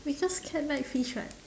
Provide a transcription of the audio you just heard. because cat like fish [what]